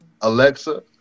alexa